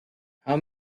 how